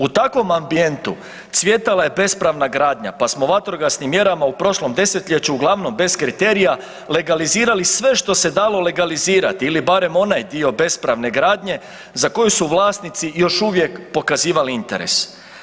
U takvom ambijentu cvjetala je bespravna gradnja, pa smo vatrogasnim mjerama u prošlom desetljeću, uglavnom bez kriterija, legalizirali sve što se dalo legalizirat ili barem onaj dio bespravne gradnje za koju su vlasnici još uvijek pokazivali interes.